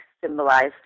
symbolized